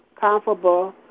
comfortable